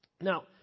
Now